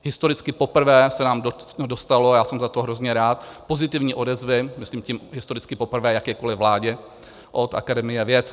Historicky poprvé se nám se nám dostalo, a já jsem za to hrozně rád, pozitivní odezvy, myslím tím historicky poprvé jakékoliv vládě, od Akademie věd.